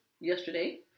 yesterday